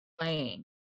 playing